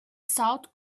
south